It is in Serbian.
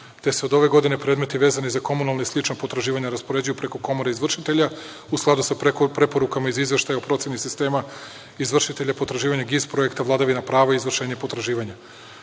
te se od ove godine predmeti vezani za komunalna i slična potraživanja raspoređuju preko Komore izvršitelja u skladu sa preporukama iz Izveštaja o proceni sistema izvršitelja potraživanja iz projekta vladavina prava i izvršenje potraživanja. Kroz